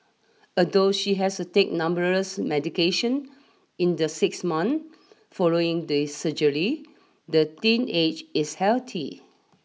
although she has to take numerous medication in the six month following the surgery the teenage is healthy